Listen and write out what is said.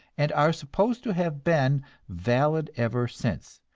and are supposed to have been valid ever since.